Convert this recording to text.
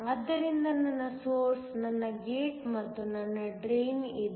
ಆದ್ದರಿಂದ ನನ್ನ ಸೊರ್ಸ್ ನನ್ನ ಗೇಟ್ ಮತ್ತು ನನ್ನ ಡ್ರೈನ್ ಇದೆ